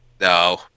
No